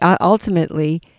ultimately